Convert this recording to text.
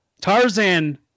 Tarzan